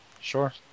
Sure